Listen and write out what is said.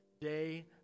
day